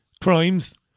crimes